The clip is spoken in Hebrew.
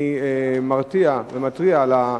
אני מתריע על,